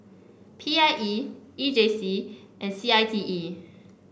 P I E E J C and C I T E